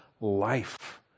life